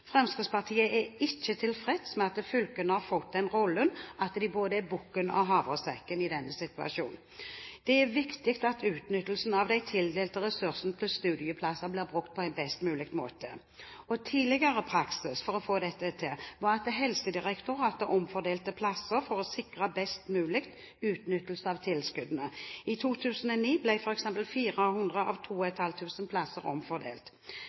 Fremskrittspartiet er ikke tilfreds med at fylkene har fått den rollen at de både er bukken og havresekken i denne situasjonen. Det er viktig at de tildelte ressursene til studieplasser blir brukt på en best mulig måte. Tidligere praksis for å få dette til var at Helsedirektoratet omfordelte plasser for å sikre best mulig utnyttelse av tilskuddene. I 2009 ble f.eks. 400 av 2 500 plasser omfordelt.